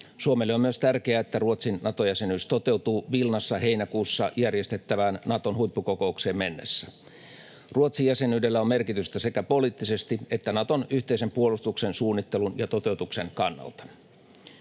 Suomelle on myös tärkeää, että Ruotsin Nato-jäsenyys toteutuu Vilnassa heinäkuussa järjestettävään Naton huippukokoukseen mennessä. Ruotsin jäsenyydellä on merkitystä sekä poliittisesti että Naton yhteisen puolustuksen suunnittelun ja toteutuksen kannalta.